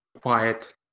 quiet